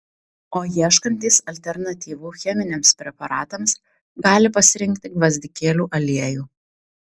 o ieškantys alternatyvų cheminiams preparatams gali pasirinkti gvazdikėlių aliejų